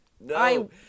No